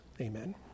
Amen